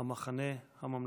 המחנה הממלכתי.